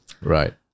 Right